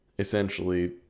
Essentially